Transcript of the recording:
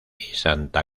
santa